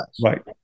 right